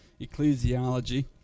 ecclesiology